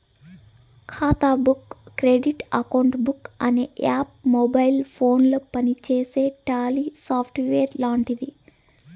ఖాతా book credit account book అనే app mobile ఫోనుల పనిచేసే టాలీ సాఫ్ట్వేర్ లాంటిది